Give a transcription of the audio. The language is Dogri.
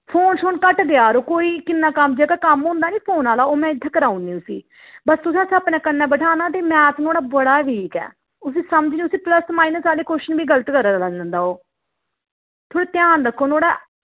फोन शोन घट्ट देआ रो कोई किन्ना कम्म जेह्का कम्म होंदा निं फोन आह्ला ओह् में इत्थै कराई ओड़नी उस्सी बस तुसें इस्सी अपने कन्नै बठाना ते मैथ नुहाड़ा बड़ा वीक ऐ उस्सी समझ निं उस्सी प्लस माइनस आह्ले क्वश्चन बी गलत करी लैंदा ओह्